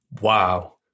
Wow